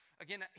Again